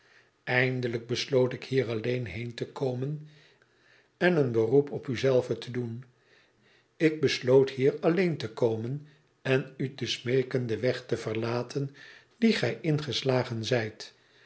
eindelijk besloot ik hier alleen heen te komen en een beroep op u zelve te doen ik besloot hier alleen te komen en u te smeeken den weg te verlaten dien gij ingeslagen zijt